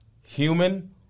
Human